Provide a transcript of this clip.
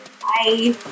Bye